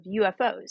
UFOs